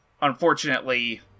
unfortunately